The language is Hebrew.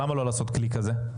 למה לא לעשות כלי כזה?